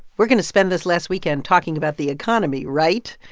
we're going to spend this last weekend talking about the economy, right?